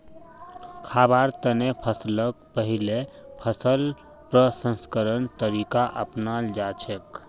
खाबार तने फसलक पहिले फसल प्रसंस्करण तरीका अपनाल जाछेक